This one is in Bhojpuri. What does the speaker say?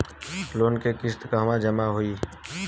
लोन के किस्त कहवा जामा होयी?